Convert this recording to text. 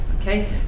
Okay